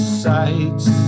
sights